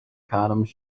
condoms